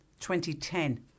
2010